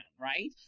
right